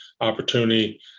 opportunity